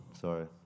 Sorry